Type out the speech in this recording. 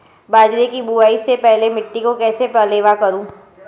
बाजरे की बुआई से पहले मिट्टी को कैसे पलेवा करूं?